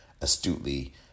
astutely